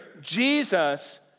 Jesus